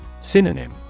Synonym